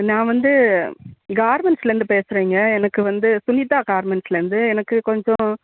நான் வந்து கார்மன்ஸ்லேருந்து பேசுறேங்க எனக்கு வந்து சுனிதா கார்மன்ஸ்லேந்து எனக்கு கொஞ்சம்